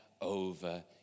over